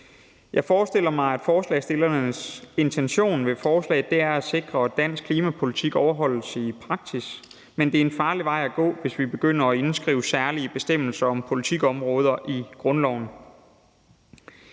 Jeg forestiller mig, at forslagsstillernes intention med forslaget er at sikre, at dansk klimapolitik overholdes i praksis, men det er en farlig vej at gå, hvis vi begynder at indskrive særlige bestemmelser om politikområder i grundloven.